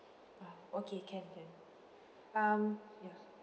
ah okay can can um ya